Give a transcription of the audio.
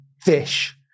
fish